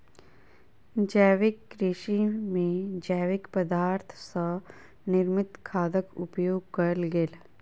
जैविक कृषि में जैविक पदार्थ सॅ निर्मित खादक उपयोग कयल गेल